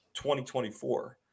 2024